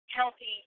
healthy